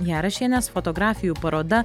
jarašienės fotografijų paroda